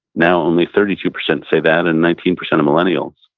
now only thirty two percent say that, and nineteen percent are millennials.